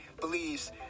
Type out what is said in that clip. believes